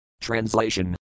Translation